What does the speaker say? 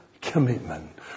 commitment